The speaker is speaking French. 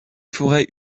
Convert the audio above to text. forêts